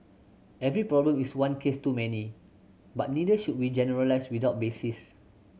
every problem is one case too many but neither should we generalise without basis